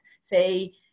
Say